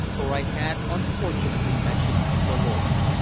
for i had unfortunately mentioned the lola.